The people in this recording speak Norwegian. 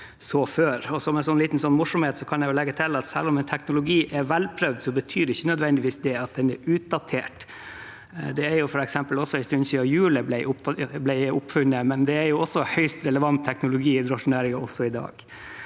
Som en liten morsomhet kan jeg legge til at selv om en teknologi er velprøvd, betyr ikke det nødvendigvis at den er utdatert. Det er f.eks. en stund siden hjulet ble oppfunnet, men det er høyst relevant teknologi i drosjenæringen også